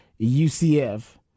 UCF